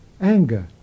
anger